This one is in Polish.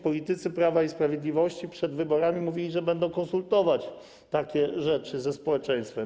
Politycy Prawa i Sprawiedliwości przed wyborami mówili, że będą konsultować takie rzeczy ze społeczeństwem.